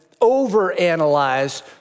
overanalyze